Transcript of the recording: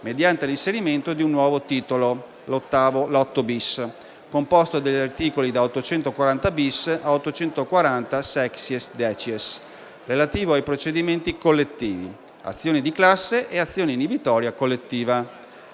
mediante l'inserimento di un nuovo titolo VIII-*bis*, composto dagli articoli da 840-*bis* a 840-*sexiesdecies*, relativo ai procedimenti collettivi, azioni di classe e azione inibitoria collettiva.